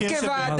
לכן גם כוועדה,